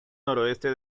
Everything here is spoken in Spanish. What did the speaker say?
noroeste